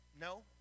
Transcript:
No